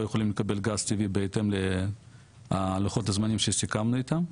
יכולים לקבל גז טבעי בהתאם ללוחות הזמנים שסיכמנו איתם.